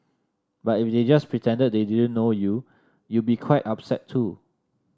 but if they just pretended they didn't know you you'd be quite upset too